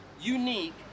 unique